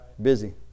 busy